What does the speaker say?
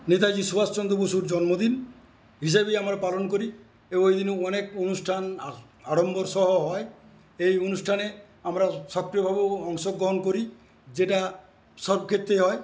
নেতাজি সুভাষচন্দ্র বসুর জন্মদিন হিসেবেই আমরা পালন করি এবং ঐদিনে অনেক অনুষ্ঠান আড়ম্বরসহ হয় এই অনুষ্ঠানে আমরা সক্রিয়ভাবেও অংশগ্রহণ করি যেটা সব ক্ষেত্রেই হয়